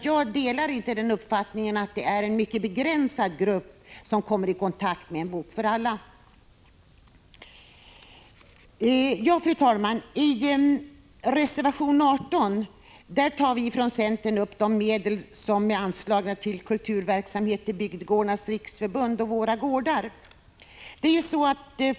Jag delar inte uppfattningen att det är en mycket begränsad grupp som kommer i kontakt med En bok för alla. Fru talman! I reservation 18 berör vi från centern de medel som är anslagna till kulturverksamhet inom Bygdegårdarnas riksförbund och Våra gårdar.